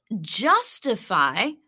justify